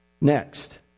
Next